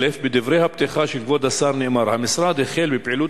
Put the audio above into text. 1. בדברי הפתיחה של כבוד השר נאמר: "המשרד החל בפעילות